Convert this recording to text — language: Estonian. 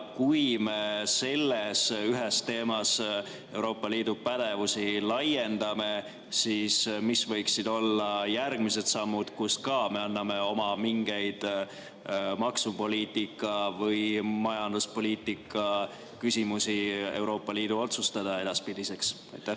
kui me selles ühes valdkonnas Euroopa Liidu pädevust laiendame, siis mis võiksid olla järgmised sammud, millega me anname oma mingeid maksupoliitika või üldse majanduspoliitika küsimusi Euroopa Liidu otsustada edaspidiseks? Aitäh!